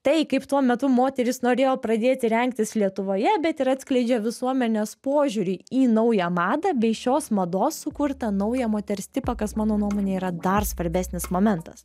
tai kaip tuo metu moterys norėjo pradėti rengtis lietuvoje bet ir atskleidžia visuomenės požiūrį į naują madą bei šios mados sukurtą naują moters tipą kas mano nuomone yra dar svarbesnis momentas